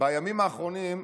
בימים האחרונים,